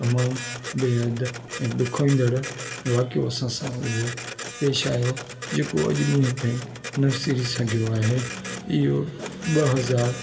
तमामु बेहद ऐं डुखाईंदड़ वाकिओ असां सां उहो पेश आयो जेको अॼु ॾींहं तईं न वीसिरी सघियो आहे इहो ॿ हज़ार